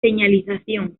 señalización